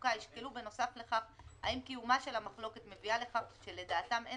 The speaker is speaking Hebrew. עמוקה ישקלו בנוסף לכך האם קיומה של המחלוקת מביאה לכך שלדעתם אין